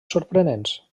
sorprenents